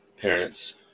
parents